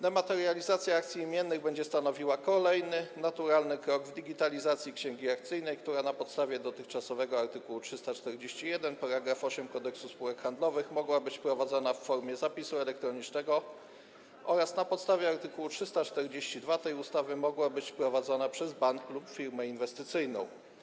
Dematerializacja akcji imiennych będzie stanowiła kolejny naturalny krok w digitalizacji księgi akcyjnej, która na podstawie dotychczasowego art. 341 § 8 Kodeksu spółek handlowych mogła być prowadzona w formie zapisu elektronicznego, a na podstawie art. 342 tej ustawy mogła być prowadzona przez bank lub firmę inwestycyjną.